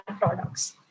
products